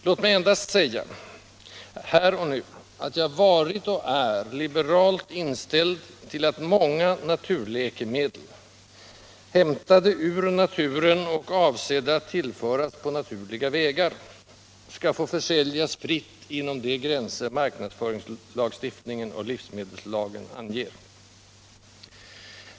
Låt mig endast säga, här och nu, att jag varit och är liberalt inställd till att många ”naturläkemedel”, hämtade ur naturen och avsedda att tillföras på naturliga vägar, skall få försäljas fritt inom de gränser marknadsföringslagstiftningen och livsmedelslagen anger.